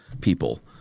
people